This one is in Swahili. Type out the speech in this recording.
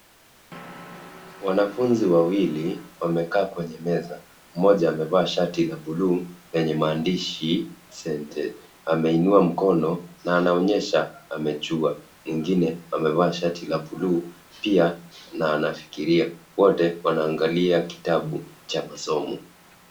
Wanafunzi wawili wamekaa kwenye meza, mmoja amevaa shati ya buluu yenye maandishi scented , ameinua mkono na anonyesha amejua, mwingine amevaa shati la buluu pia na anafikiria, wote wanaangalia kitabu cha masomo.